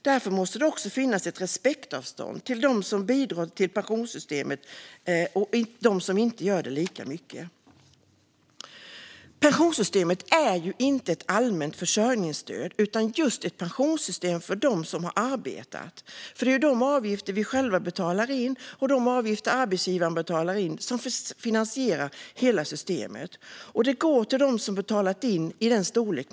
Därför måste det också finnas ett respektavstånd mellan dem som bidrar mer respektive mindre till pensionssystemet. Pensionssystemet är inte ett allmänt försörjningsstöd utan just ett pensionssystem för dem som har arbetat. Det är ju de avgifter vi själva betalar in och de avgifter som arbetsgivaren betalar in som finansierar hela systemet. Det går till dem som har betalat in utifrån lönestorlek.